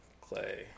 Clay